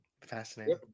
Fascinating